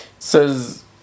Says